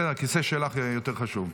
בסדר, הכיסא שלך יותר חשוב.